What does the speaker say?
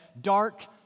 dark